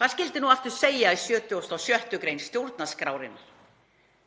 Hvað skyldi nú aftur segja í 76. gr. stjórnarskrárinnar?